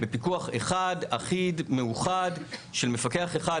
ופיקוח אחד אחיד מאוחד של מפקח אחד,